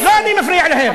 לא אני מפריע להם.